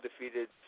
defeated